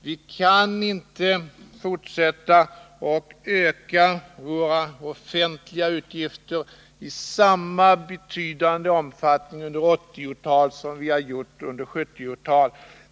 Vi kan inte under 1980-talet fortsätta att öka våra offentliga utgifter i samma betydande grad som under 1970-talet.